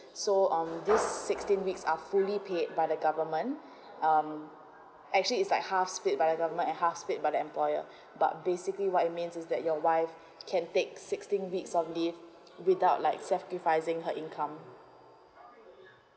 so um this sixteen weeks are fully paid by the government um actually is like half paid by the government half paid by the employer but basically what it means is that your wife can take sixteen weeks of leave without like sacrificing her income